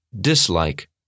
Dislike